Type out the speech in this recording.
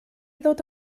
ddod